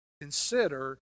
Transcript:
consider